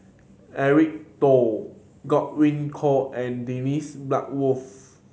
Eric Teo Godwin Koay and Dennis Bloodworth